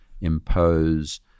impose